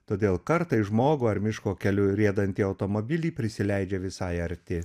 todėl kartais žmogų ar miško keliu riedantį automobilį prisileidžia visai arti